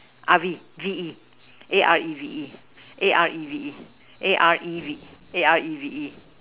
Areve V E A R E V E A R E V E A R E V E A R E V E